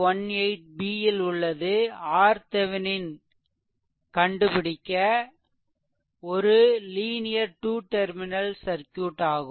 18 b ல் உள்ளது RThevenin கண்டுடிக்க ஒரு லீனியர் டூ டெர்மினல் சர்க்யூட் ஆகும்